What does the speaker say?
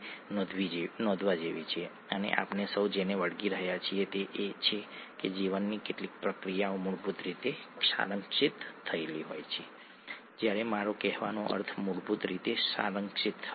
તેથી ન્યુક્લિઓટાઇડ એ જ છે અને તે જ તે છે જે એક પેઢીથી બીજી પેઢીમાં માહિતી પસાર કરે છે